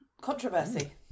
controversy